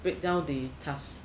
break down the task